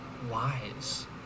Wise